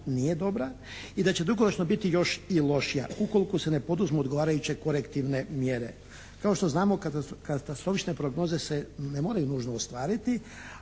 nije dobra i da će dugoročno biti još i lošija, ukoliko se ne poduzmu odgovarajuće korektivne mjere. Kao što znamo katastrofične prognoze se ne moraju nužno ostvariti